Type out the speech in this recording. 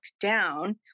down